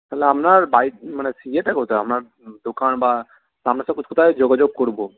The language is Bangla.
তাহলে আপনার বাড়িটা মানে ইয়েটা কোথায় আপনার দোকান বা আপনার কোথায় যোগাযোগ করবো